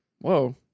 whoa